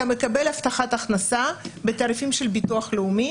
אתה מקבל הבטחת הכנסה בתעריפים של הביטוח הלאומי